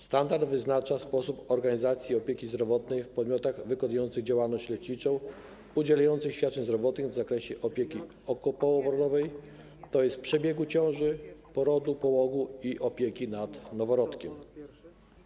Standard wyznacza sposób organizacji opieki zdrowotnej w podmiotach wykonujących działalność leczniczą, udzielających świadczeń zdrowotnych w zakresie opieki okołoporodowej, tj. przebiegu ciąży, porodu, połogu i opieki nad noworodkiem.